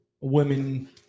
women